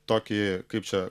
tokį kaip čia